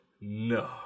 No